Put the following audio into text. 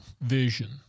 vision